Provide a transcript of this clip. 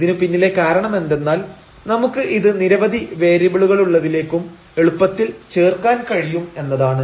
ഇതിനു പിന്നിലെ കാരണമെന്തെന്നാൽ നമുക്ക് ഇത് നിരവധി വേരിയബിളുകളുള്ളതിലേക്കും എളുപ്പത്തിൽ ചേർക്കാൻ കഴിയും എന്നതാണ്